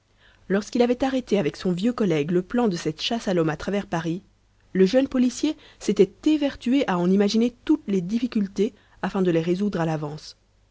lorsqu'il avait arrêté avec son vieux collègue le plan de cette chasse à l'homme à travers paris le jeune policier s'était évertué à en imaginer toutes les difficultés afin de les résoudre à l'avance